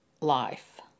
life